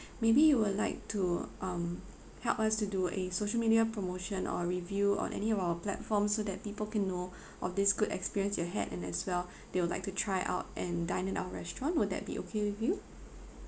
maybe you would like to um help us to do a social media promotion or review on any of our platform so that people can know of this good experience you had and as well they will like to try out and dine in our restaurant would that be okay with you